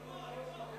אני פה, אני פה.